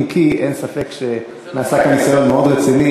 אם כי אין ספק שנעשה כאן ניסיון מאוד רציני